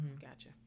gotcha